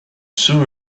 soon